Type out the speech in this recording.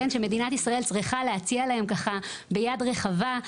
שמדינת ישראל צריכה להציע להם ככה ביד רחבה.